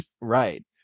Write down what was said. Right